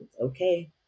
Okay